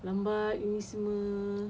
gambar ini semua